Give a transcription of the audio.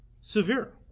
severe